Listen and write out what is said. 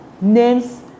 Names